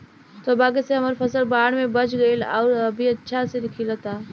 सौभाग्य से हमर फसल बाढ़ में बच गइल आउर अभी अच्छा से खिलता